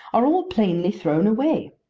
are all plainly thrown away!